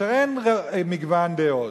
כאשר אין מגוון דעות,